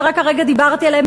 שרק הרגע דיברתי עליהן,